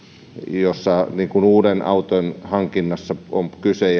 jos uuden auton hankinnasta on kyse